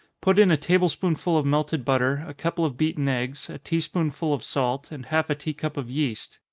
put in a table-spoonful of melted butter, a couple of beaten eggs, a tea-spoonsful of salt, and half a tea-cup of yeast.